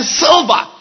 silver